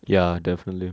ya definitely